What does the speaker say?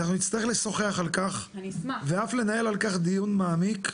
אנחנו נצטרך לשוחח על כך ואף לנהל על כך דיון מעמיק.